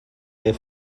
des